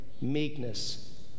meekness